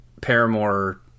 Paramore